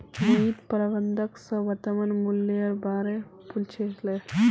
मोहित प्रबंधक स वर्तमान मूलयेर बा र पूछले